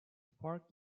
park